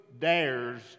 dares